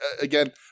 again